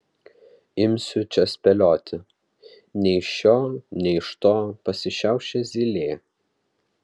imsiu čia spėlioti nei iš šio nei iš to pasišiaušė zylė